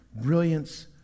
brilliance